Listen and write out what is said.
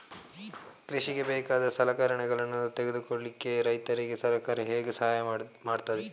ಕೃಷಿಗೆ ಬೇಕಾದ ಸಲಕರಣೆಗಳನ್ನು ತೆಗೆದುಕೊಳ್ಳಿಕೆ ರೈತರಿಗೆ ಸರ್ಕಾರ ಹೇಗೆ ಸಹಾಯ ಮಾಡ್ತದೆ?